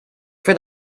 for